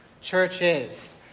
churches